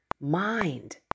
mind